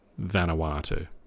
Vanuatu